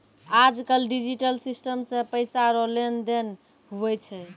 आज कल digital system से पैसा रो लेन देन हुवै छै